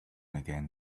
again